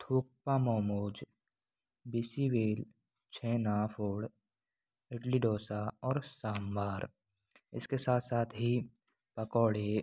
थुकपा मोमोज बिसी वेल छेना फोड़ इडली डोसा और साम्भर इसके साथ साथ ही पकौड़े